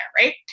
right